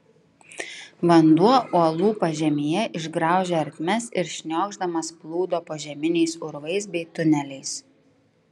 vanduo uolų pažemyje išgraužė ertmes ir šniokšdamas plūdo požeminiais urvais bei tuneliais